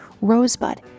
Rosebud